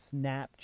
Snapchat